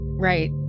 Right